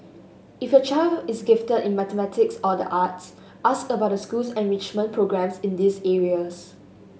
if your child is gifted in mathematics or the arts ask about the school's enrichment programmes in these areas